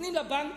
נותנים לבנקים,